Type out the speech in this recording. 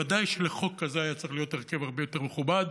בוודאי שלחוק כזה היה צריך להיות הרכב הרבה יותר מכובד.